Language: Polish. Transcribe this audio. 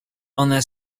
one